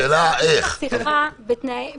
המסמך של השב"ס לגבי הסקירה עוד לא עלה,